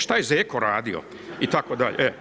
Šta je zeko radio itd.